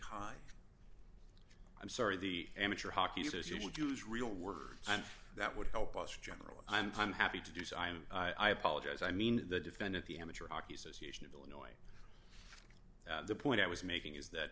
hi i'm sorry the amateur hockey as you would use real words and that would help us in general i'm happy to do so i'm i apologize i mean the defendant the amateur hockey association of illinois the point i was making is that